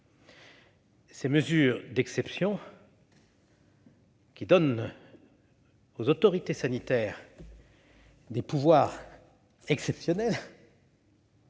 Ces mesures d'exception, qui donnent aux autorités sanitaires des pouvoirs exceptionnels,